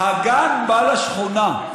"הגן בא לשכונה".